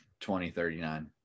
2039